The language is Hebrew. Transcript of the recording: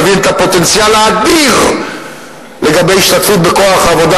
מבין את הפוטנציאל האדיר לגבי השתתפות בכוח העבודה,